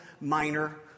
minor